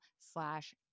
slash